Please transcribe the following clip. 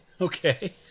okay